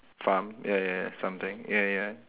farm ya ya ya something ya ya ya